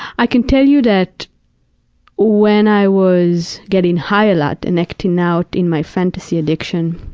i can tell you that when i was getting high a lot and acting out in my fantasy addiction,